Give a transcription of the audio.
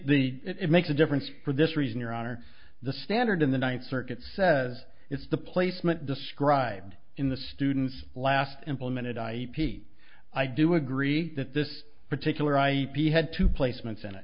the it makes a difference for this reason your honor the standard in the ninth circuit says it's the placement described in the student's last implemented i p i do agree that this particular i had to placements in it